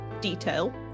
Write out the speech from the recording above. detail